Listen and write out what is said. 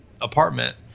apartment